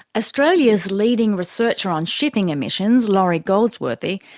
australia's leading researcher on shipping emissions, laurie goldsworthy,